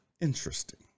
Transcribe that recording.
Interesting